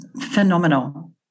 phenomenal